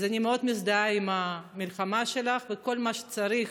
אז אני מאוד מזדהה עם המלחמה שלך, וכל מה שצריך